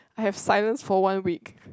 I have silence for one week